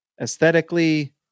aesthetically